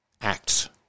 acts